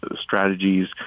strategies